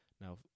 Now